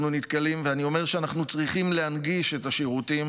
אני אומר שאנחנו צריכים להנגיש את השירותים